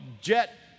jet